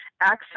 access